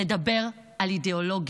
לדבר על אידיאולוגיה.